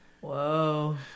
whoa